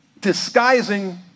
disguising